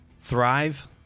thrive